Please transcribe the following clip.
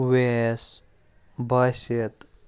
Owais Basit